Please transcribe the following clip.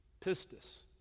Pistis